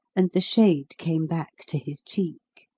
and the shade came back to his cheek.